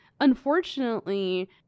unfortunately